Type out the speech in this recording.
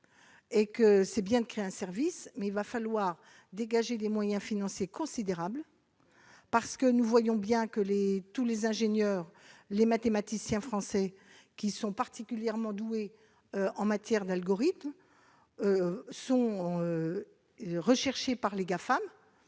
C'est bien de créer un service, mais il va falloir dégager des moyens financiers considérables. Nous constatons bien que tous les ingénieurs et mathématiciens français, qui sont particulièrement doués en matière d'algorithmes, sont recherchés par les Gafam